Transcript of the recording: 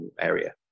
area